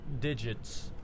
digits